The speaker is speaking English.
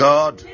God